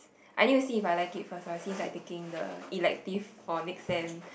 I need to see if I like it first ah since I taking the elective for next sem